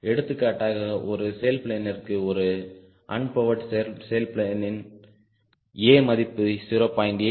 எடுத்துக்காட்டாக ஒரு சேல்பிளேனிற்கு ஒரு அன்பவர்டு சேல்பிளேனின் A மதிப்பு 0